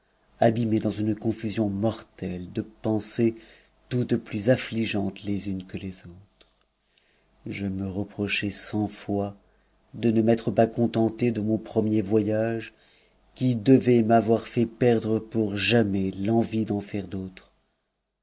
abîme dans une confusion mortelle de pensées toutes plus affligeantes les unes que lesautres je me reprochai cent fois de ne m'être pas contenté de mon premier voyage qui devait m'avoir fait perdre pour jamais l'envie d'en faire d'autres